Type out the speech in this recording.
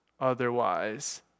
otherwise